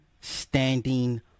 standing